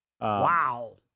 Wow